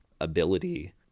ability